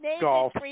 golf